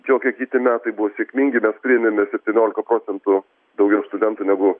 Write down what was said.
jokie kiti metai buvo sėkmingi mes priėmėme septyniolika procentų daugiau studentų negu